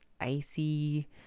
icy